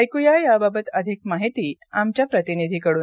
ऐकुया याबाबत अधिक माहिती आमच्या प्रतिनिधीकडून